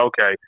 okay